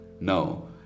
No